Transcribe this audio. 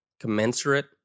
commensurate